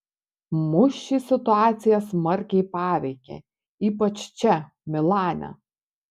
mus ši situacija smarkiai paveikė ypač čia milane